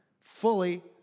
fully